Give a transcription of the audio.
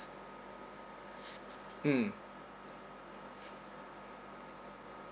mm